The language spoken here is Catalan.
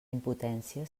impotència